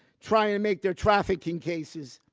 try and make their trafficking cases